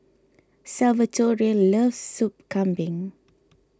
Salvatore loves Sup Kambing